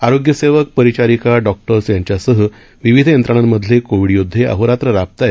आरोग्य सेवक परिचारीका डॉक्टर्स यांच्यासह विविध यंत्रणांमधले कोविडयोदधे अहोरात्र राबत आहेत